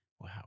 Wow